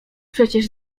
przecież